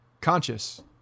Conscious